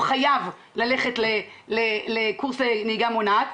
הוא חייב ללכת לקורס לנהיגה מונעת,